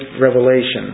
revelation